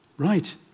Right